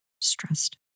stressed